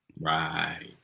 Right